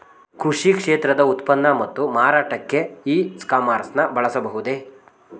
ಕೃಷಿ ಕ್ಷೇತ್ರದ ಉತ್ಪನ್ನ ಮತ್ತು ಮಾರಾಟಕ್ಕೆ ಇ ಕಾಮರ್ಸ್ ನ ಬಳಸಬಹುದೇ?